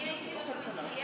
אני הייתי מציעה,